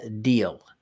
deal